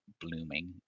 Blooming